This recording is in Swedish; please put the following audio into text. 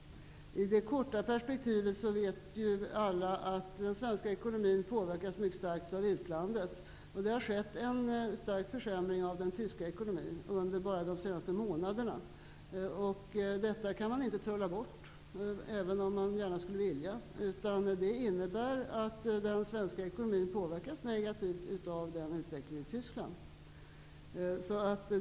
I det korta perspektivet vet alla att den svenska ekonomin påverkas mycket starkt av utlandet. Det har skett en stark försämring av den tyska ekonomin under bara de senaste månaderna. Detta kan man inte trolla bort, även om man gärna skulle vilja. Det innebär att den svenska ekonomin påverkas negativt av utvecklingen i Tyskland.